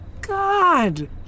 god